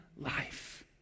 life